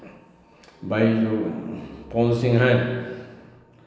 बड़े लोग पवन सिंह हैं